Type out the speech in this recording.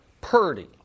Purdy